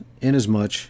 inasmuch